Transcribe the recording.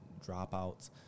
dropouts